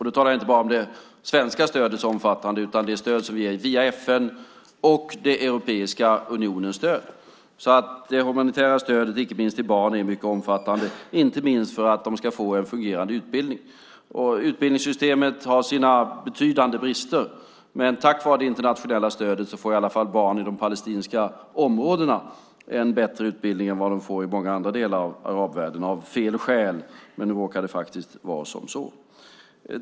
Då talar jag inte bara om det svenska stödets omfattning utan också om det stöd som ges via FN och Europeiska unionen. Det humanitära stödet inte minst till barnen är mycket omfattande. Det gäller inte minst för att de ska få en fungerande utbildning. Utbildningssystemet har sina betydande brister, men tack vare det internationella stödet får i alla fall barn i de palestinska områdena en bättre utbildning än de får i många andra delar av arabvärlden - av fel skäl, men nu råkar det vara så.